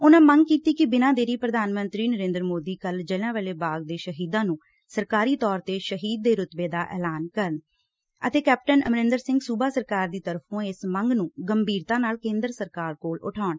ਉਨਾਂ ਮੰਗ ਕੀਤੀ ਕਿ ਬਿਨਾ ਦੇਰੀ ਪ੍ਰਧਾਨ ਮੰਤਰੀ ਨਰੇ ਦਰ ਮੋਦੀ ਕੱਲ ਜਲਿਆਂਵਾਲਾ ਬਾਗ ਦੇ ਸ਼ਹੀਦਾਂ ਨੂੰ ਸਰਕਾਰੀ ਤੌਰ ਤੇ ਸ਼ਹੀਦ ਦੇ ਰੁਤਬੇ ਦਾ ਐਲਾਨ ਕਰਨ ਅਤੇ ਕੈਪਟਨ ਅਮਰਿਦਰ ਸਿੰਘ ਸੁਬਾ ਸਰਕਾਰ ਦੀ ਤਰਫ਼ੋਂ ਇਸ ਮੰਗ ਨੁੰ ਗੰਭੀਰਤਾ ਨਾਲ ਕੇਂਦਰ ਸਰਕਾਰ ਕੋਲ ਉਠਾਉਣ